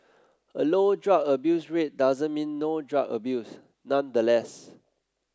a low drug abuse rate doesn't mean no drug abuse nonetheless